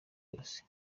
yose